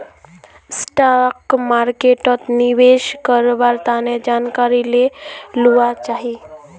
stock मार्केटोत निवेश कारवार तने जानकारी ले लुआ चाछी